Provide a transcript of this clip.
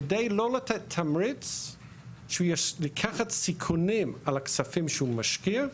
כדי לא לתת תמריץ שהוא לוקח סיכונים על הכספים שהוא משקיע,